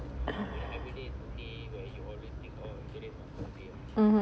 mmhmm